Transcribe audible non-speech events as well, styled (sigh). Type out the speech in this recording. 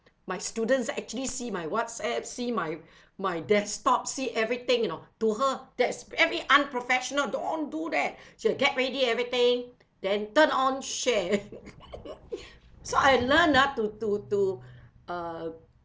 my students actually see my WhatsApp see my my desktop see everything you know to her that's every unprofessional don't do that she'll get ready everything then turn on share (laughs) so I learn ah to to to to uh